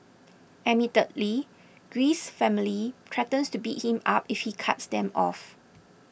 admittedly Greece's family threatens to beat him up if he cuts them off